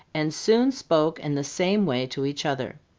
and soon spoke in the same way to each other.